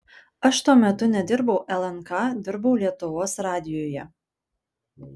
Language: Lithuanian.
aš tuo metu nedirbau lnk dirbau lietuvos radijuje